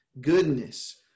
goodness